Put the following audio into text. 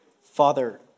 Father